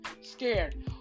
scared